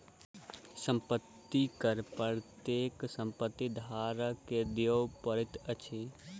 संपत्ति कर प्रत्येक संपत्ति धारक के दिअ पड़ैत अछि